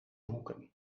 hoeken